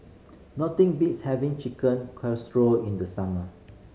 nothing beats having Chicken Casserole in the summer